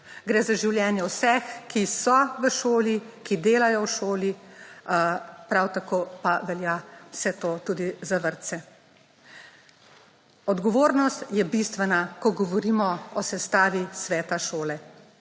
Gre za življenje vseh, ki so v šoli, ki delajo v šoli, prav tako pa velja vse to tudi za vrtce. Odgovornost je bistvena, ko govorimo o sestavi sveta šole.